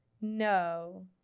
No